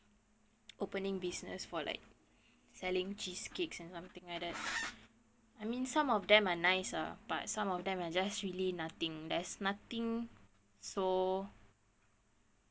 opening business for like selling cheesecakes and something like that I mean some of them are nice lah but some of them are just really nothing there's nothing so